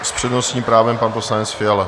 S přednostním právem pan poslanec Fiala.